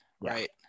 Right